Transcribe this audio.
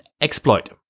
exploit